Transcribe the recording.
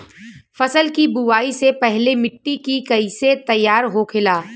फसल की बुवाई से पहले मिट्टी की कैसे तैयार होखेला?